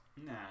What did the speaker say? Nah